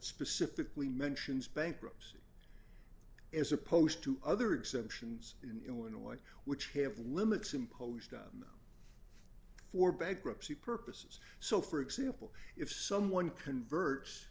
specifically mentions bankruptcy as opposed to other exemptions in illinois which have limits imposed on for bankruptcy purposes so for example if someone converts